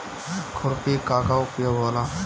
खुरपी का का उपयोग होला?